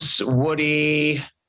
Woody